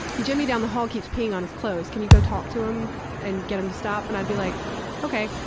jimmy down the hall keeps peeing on his clothes, can you go talk to him and get him to stop? and i'd be like ok.